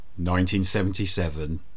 1977